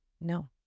No